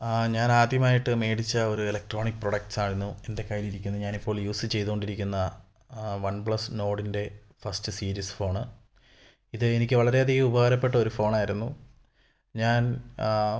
ഞാൻ ആദ്യമായിട്ട് മേടിച്ച ഒര് എലക്ട്രോണിക് പ്രൊഡക്റ്റ്സായിരുന്നു എൻ്റെ കയ്യിലിരിക്കുന്ന ഞാൻ ഇപ്പോൾ യൂസ് ചെയ്തുകൊണ്ടിരിക്കുന്ന ആ വൺ പ്ലസ് നോഡിൻ്റെ ഫസ്റ്റ് സിരീസ് ഫോണ് ഇത് എനിക്ക് വളരെ അധികം ഉപകാരപ്പെട്ട ഒരു ഫോണായിരുന്നു ഞാൻ